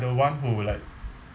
the one who like